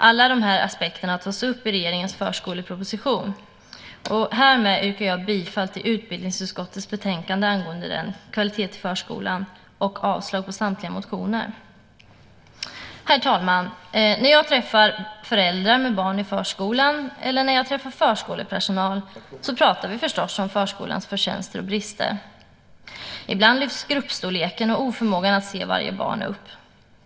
Alla dessa aspekter tas upp i regeringens förskoleproposition. Härmed yrkar jag bifall till utbildningsutskottets förslag i betänkandet Kvalitet i förskolan, m.m. och avslag på samtliga motioner. Herr talman! När jag träffar föräldrar som har barn i förskolan och förskolepersonal talar vi förstås om förskolans förtjänster och brister. Ibland lyfts gruppstorleken och oförmågan att se varje barn upp.